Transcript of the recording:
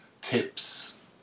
tips